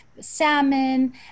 salmon